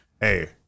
hey